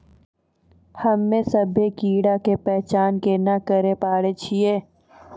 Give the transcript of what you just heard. हम्मे सभ्भे कीड़ा के पहचान केना करे पाड़ै छियै?